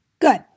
Good